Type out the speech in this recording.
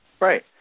Right